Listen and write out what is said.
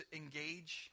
engage